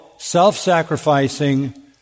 self-sacrificing